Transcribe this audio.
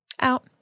Out